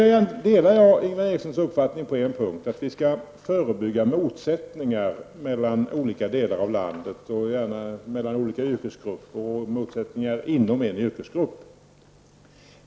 Jag delar Ingvar Erikssons uppfattning på en punkt, nämligen att vi skall förebygga motsättningar mellan olika delar av landet, mellan olika yrkesgrupper samt inom en yrkesgrupp.